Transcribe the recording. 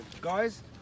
Guys